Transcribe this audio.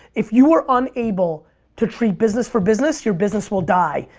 if you are unable to treat business for business, your business will die.